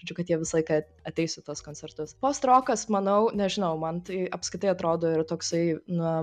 žodžiu kad jie visą laiką ateis į tuos koncertus postrokas manau nežinau man tai apskritai atrodo ir toksai na